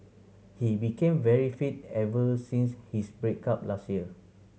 he became very fit ever since his break up last year